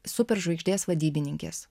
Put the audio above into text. superžvaigždės vadybininkės